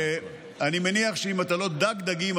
ואני מניח שאם אתה לא דג דגים,